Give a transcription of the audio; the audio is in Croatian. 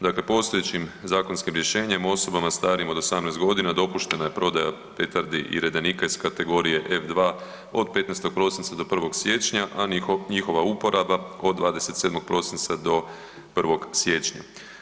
Dakle, postojećim zakonskim rješenjem osobama starijim od 18.g. dopuštena je prodaja petardi i redenika iz kategorije F2 od 15. prosinca do 1. siječnja, a njihova uporaba od 27. prosinca do 1. siječnja.